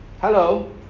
Hello